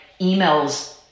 emails